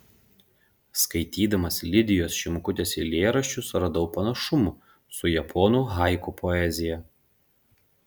skaitydamas lidijos šimkutės eilėraščius radau panašumų su japonų haiku poezija